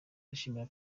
dushimira